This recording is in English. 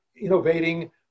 innovating